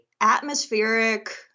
atmospheric